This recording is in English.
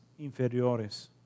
inferiores